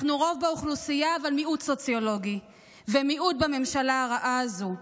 אנחנו רוב באוכלוסייה אבל מיעוט סוציולוגי ומיעוט בממשלה הרעה הזו.